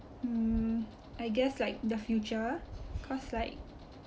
mm I guess like the future cause like